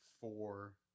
four